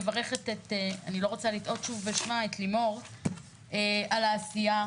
מברכת את אני לא רוצה לטעות בשמה את לימור על העשייה,